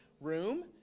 room